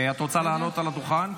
את רוצה לעלות לדוכן?